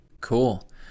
cool